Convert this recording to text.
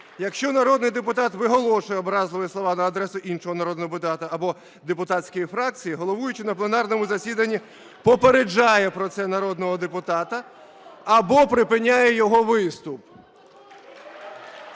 Якщо народний депутат виголошує образливі слова на адресу іншого народного депутата або депутатської фракції, головуючий на пленарному засіданні попереджає про це народного депутата або припиняє його виступ.